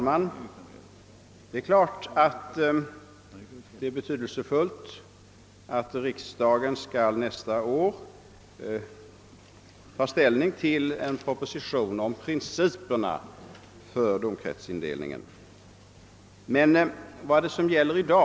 Herr talman! Riksdagen skall nästa år ta ställning till en proposition om principerna för domkretsindelningen, och det blir ett betydelsefullt ställningstagande.